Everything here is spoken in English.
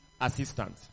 Assistant